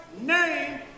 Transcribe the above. name